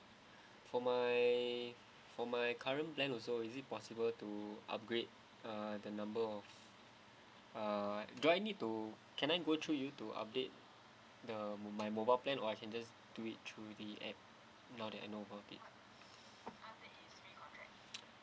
for my for my current plan also is it possible to upgrade uh the number of uh do I need to can I go through you to update the my mobile plan or I can just do it through the app now that I know about it